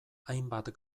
hainbat